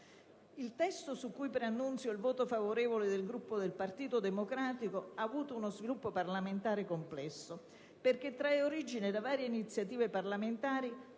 Il testo su cui preannuncio il voto favorevole del Gruppo del Partito Democratico, ha avuto uno sviluppo parlamentare complesso, perché trae origine da varie iniziative parlamentari,